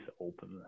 open